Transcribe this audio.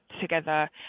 together